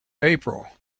april